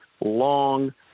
long